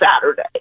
Saturday